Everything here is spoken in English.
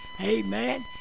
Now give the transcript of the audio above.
Amen